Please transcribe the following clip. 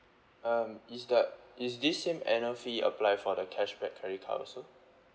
um is the is this same annual fee apply for the cashback credit card also